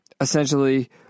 essentially